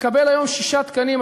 מקבל היום שישה תקנים,